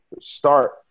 start